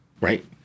Right